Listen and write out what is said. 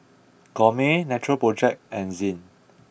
Gourmet Natural project and Zinc